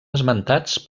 esmentats